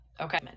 Okay